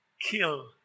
Kill